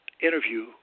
interview